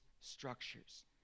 structures